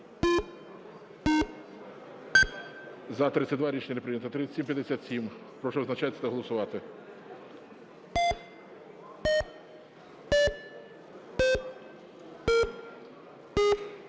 За-32 Рішення не прийнято. 3757. Прошу визначатися та голосувати.